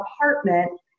apartment